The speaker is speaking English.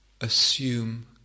assume